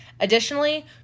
additionally